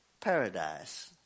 paradise